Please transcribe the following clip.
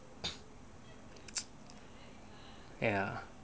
ya